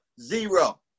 Zero